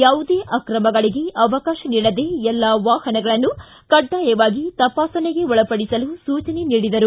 ಯಾವುದೇ ಅಕ್ರಮಗಳಿಗೆ ಅವಕಾಶ ನೀಡದೇ ಎಲ್ಲಾ ವಾಹನಗಳನ್ನು ಕಡ್ಡಾಯವಾಗಿ ತಪಾಸಣೆಗೆ ಒಳಪಡಿಸಲು ಸೂಚನೆ ನೀಡಿದರು